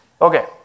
Okay